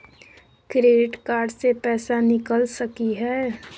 Credit card से पैसा निकल सकी हय?